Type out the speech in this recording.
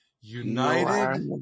United